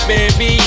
Baby